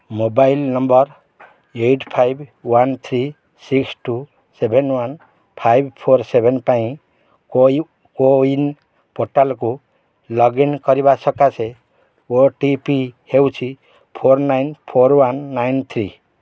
mobile number eight five one three six two seven one five four seven ପାଇଁ କୋୱିନ୍ ପୋର୍ଟାଲକୁ login କରିବା ସକାଶେ O T P ହେଉଛି four nine four one nine three